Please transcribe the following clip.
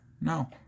No